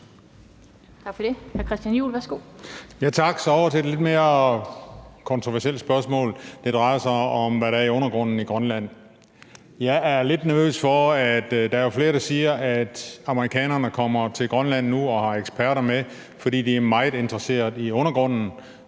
værsgo. Kl. 20:51 Christian Juhl (EL): Tak. Så over til det lidt mere kontroversielle spørgsmål, og det drejer sig om, hvad der er i undergrunden i Grønland. Der er jo flere, der siger, at amerikanerne kommer til Grønland nu og har eksperter med, fordi de er meget interesserede i undergrunden,